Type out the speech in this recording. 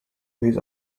his